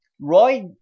Roy